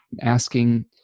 asking